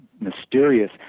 mysterious